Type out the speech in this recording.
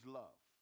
love